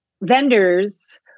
vendors